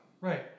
right